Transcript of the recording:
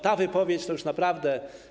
Ta wypowiedź to już naprawdę.